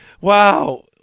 Wow